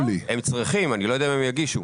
הם צריכים אבל אני לא יודע אם הם יגישו.